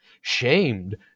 shamed